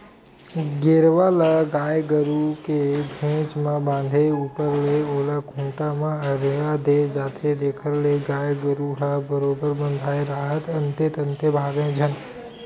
गेरवा ल गाय गरु के घेंच म बांधे ऊपर ले ओला खूंटा म अरझा दे जाथे जेखर ले गाय गरु ह बरोबर बंधाय राहय अंते तंते भागय झन